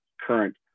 current